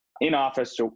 in-office